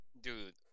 dude